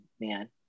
man